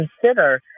consider